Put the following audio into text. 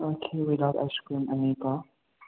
okay without ice cream ꯑꯅꯤꯀꯣ